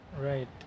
right